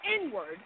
inward